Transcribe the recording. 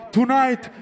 Tonight